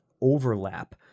overlap